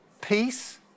peace